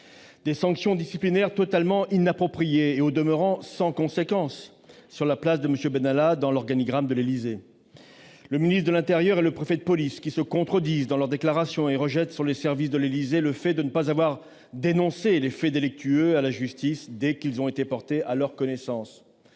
les sanctions disciplinaires prononcées ont été totalement inappropriées et, au demeurant, sans conséquence sur la place de M. Benalla dans l'organigramme de l'Élysée ; le ministre de l'intérieur et le préfet de police se contredisent dans leurs déclarations et rejettent sur les services de l'Élysée le fait de ne pas avoir dénoncé à la justice les faits délictueux dès qu'ils ont été portés à leur connaissance